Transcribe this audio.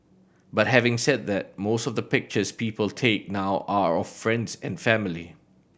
but having said that most of the pictures people take now are of friends and family